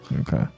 Okay